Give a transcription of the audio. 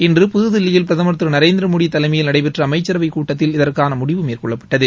இன்று புதுதில்லியில் பிரதமர் திரு நரேந்திர மோடி தலைமையில் நடைபெற்ற அமைச்சரவைக் கூட்டத்தில் இதற்கான முடிவு மேற்கொள்ளப்பட்டது